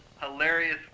hilarious